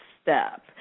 step